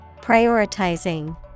Prioritizing